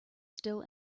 still